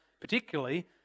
particularly